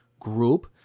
group